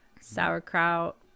sauerkraut